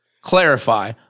clarify